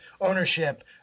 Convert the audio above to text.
ownership